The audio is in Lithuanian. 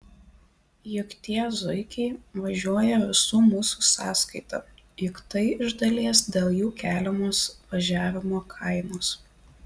juk tie zuikiai važiuoja visų mūsų sąskaita juk tai iš dalies dėl jų keliamos važiavimo kainos